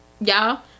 y'all